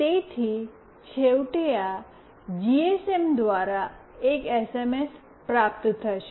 તેથી છેવટે આ જીએસએમ દ્વારા એક એસએમએસ પ્રાપ્ત થશે